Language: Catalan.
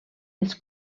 els